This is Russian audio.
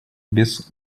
без